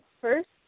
first